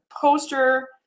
poster